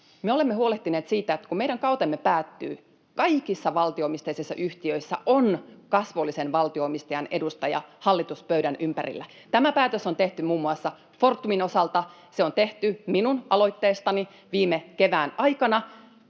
me olemme huolehtineet siitä, että kun meidän kautemme päättyy, kaikissa valtio-omisteisissa yhtiöissä on valtio-omistajan kasvollinen edustaja hallituspöydän ympärillä. Tämä päätös on tehty muun muassa Fortumin osalta, se on tehty minun aloitteestani viime kevään aikana.